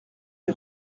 les